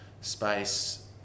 space